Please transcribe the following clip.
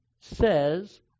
says